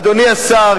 אדוני השר,